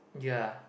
ya